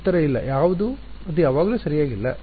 ಉತ್ತರ ಇಲ್ಲ ಅದು ಯಾವಾಗ ಸರಿಯಾಗಿಲ್ಲ